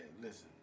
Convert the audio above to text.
listen